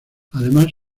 además